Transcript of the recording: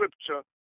scripture